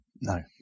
No